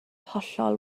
hollol